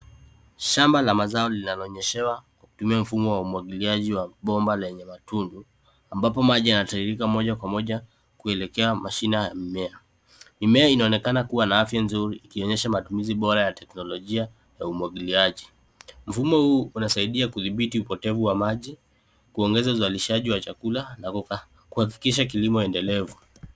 Shamba la mazao linalonyeshewa lilona mfumo wa bomba ambapo maji yanatiririka moja kwa moja kuelekea mashina ya mimea. Mimea inaonekana kuwa na afya nzuri ikionyesha utumizi bora wa teknolojia ya umwagiliaji. Mfumo huu inasaidia kudhibiti upotevu wa maji, kuongeza uzalishaji wa chakula na kuhakikisha kilimo endelevu.